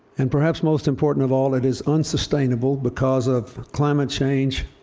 and perhaps most important of all, it is unsustainable because of climate change,